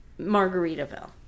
Margaritaville